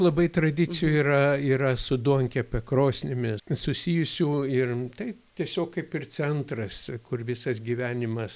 labai tradicijų yra yra su duonkepe krosnimi susijusių ir tai tiesiog kaip ir centras kur visas gyvenimas